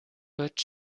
but